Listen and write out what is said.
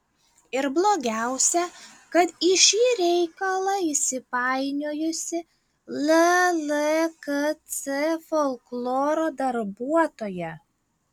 ir blogiausia kad į šį reikalą įsipainiojusi llkc folkloro darbuotoja